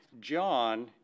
John